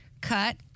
cut